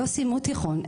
לא סיימו תיכון,